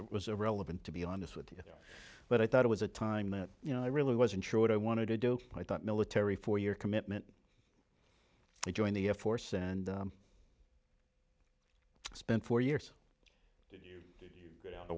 it was a relevant to be honest with you but i thought it was a time that you know i really wasn't sure what i wanted to do and i thought military for your commitment to join the air force and spent four years